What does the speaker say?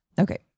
Okay